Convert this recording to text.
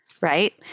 Right